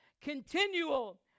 continual